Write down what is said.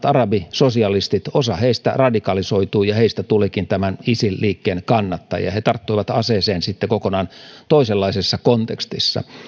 arabisosialisteista radikalisoitui ja heistä tulikin tämän isil liikkeen kannattajia he tarttuivat aseeseen sitten kokonaan toisenlaisessa kontekstissa